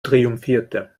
triumphierte